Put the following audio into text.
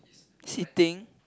sitting